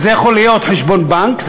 וזה יכול להיות חשבון בנק,